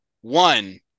One